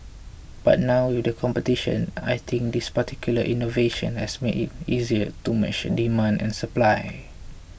but now with this competition I think this particular innovation has made it easier to match demand and supply